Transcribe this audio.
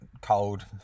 cold